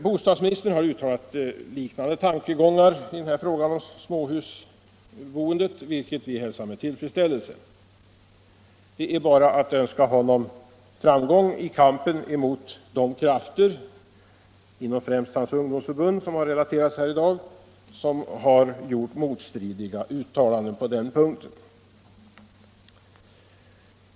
Bostadsministern har uttalat liknande tankegångar i fråga om småhusboendet, vilket vi hälsar med tillfredsställelse. Det är bara att önska honom framgång i kampen mot de krafter inom främst hans ungdomsförbund, vilka — som har relaterats här i dag — har gjort motstridiga uttalanden på den punkten.